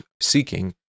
seeking